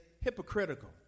hypocritical